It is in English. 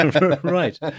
Right